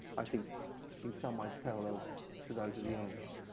i think in some ways parallel to those of the ants.